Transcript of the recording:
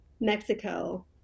Mexico